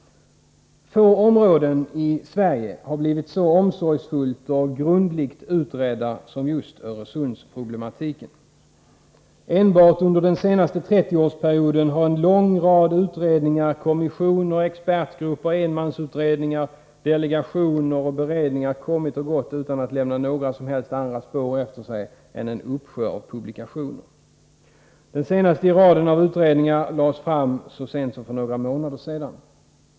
Få områden i Sverige har blivit så omsorgsfullt och grundligt utredda som just Öresund, med problematiken där. Enbart under den senaste 30 årsperioden har en lång rad utredningar, kommissioner, expertgrupper, enmansutredningar, delegationer och beredningar kommit och gått utan att lämna några andra spår efter sig än en uppsjö av publikationer. Den senaste i raden av utredningar lades fram så sent som för några månader sedan.